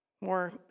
more